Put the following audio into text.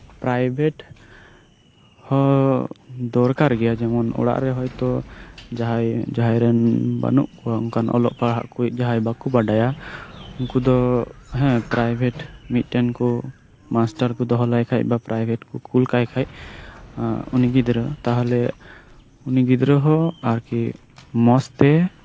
private ᱦᱚ ᱫᱚᱨᱠᱟᱨ ᱜᱮᱭᱟ ᱡᱮᱢᱚᱱ ᱚᱲᱟᱜᱨᱮ ᱦᱚᱭᱛᱚ ᱡᱟᱦᱟᱸᱭ ᱨᱮᱱ ᱵᱟᱹᱱᱩᱜ ᱠᱚᱣᱟ ᱚᱱᱠᱟᱱ ᱚᱞᱚᱜ ᱯᱟᱲᱦᱟᱜᱠᱚ ᱡᱟᱦᱟᱸᱭ ᱵᱟᱠᱚ ᱵᱟᱰᱟᱭᱟ ᱩᱱᱠᱩᱫᱚ ᱦᱮᱸ ᱯᱨᱟᱭᱵᱷᱮᱴ ᱢᱤᱫ ᱴᱮᱱᱠᱚ ᱢᱟᱥᱴᱟᱨᱠᱚ ᱫᱚᱦᱚ ᱞᱟᱭᱠᱷᱟᱱ ᱵᱟ ᱯᱨᱟᱭᱵᱷᱮᱴ ᱠᱚ ᱠᱳᱞᱠᱟᱭᱠᱷᱟᱱ ᱩᱱᱤ ᱜᱤᱫᱽᱨᱟᱹ ᱛᱟᱦᱚᱞᱮ ᱩᱱᱤ ᱜᱤᱫᱽᱨᱟᱹᱦᱚᱸ ᱟᱨᱠᱤ ᱢᱚᱪᱛᱮ